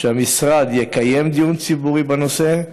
שהמשרד יקיים דיון ציבורי בנושא,